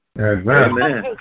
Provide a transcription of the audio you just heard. Amen